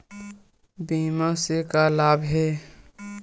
बीमा से का लाभ हे?